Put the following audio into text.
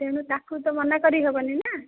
ତେଣୁ ତାକୁ ତ ମନା କରିହେବନି ନା